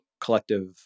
collective